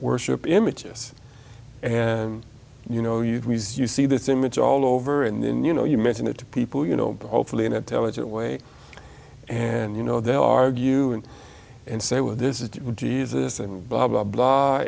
worship images and you know you can use you see this image all over and then you know you mention it to people you know hopefully an intelligent way and you know they argue and say well this is jesus and blah blah blah